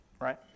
right